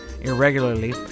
irregularly